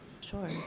sure